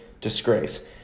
disgrace